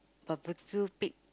a barbecue pit